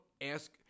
ask